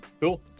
cool